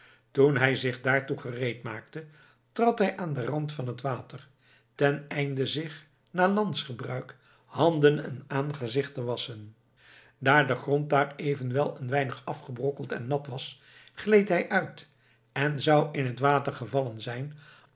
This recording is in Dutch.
toen hij zich daartoe gereed maakte trad hij aan den rand van het water teneinde zich naar landsgebruik handen en aangezicht te wasschen daar de grond daar evenwel een weinig afgebrokkeld en nat was gleed hij uit en zou in het water gevallen zijn